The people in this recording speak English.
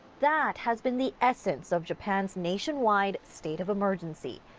that has been the essence of japan's nationwide state of emergency.